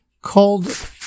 Called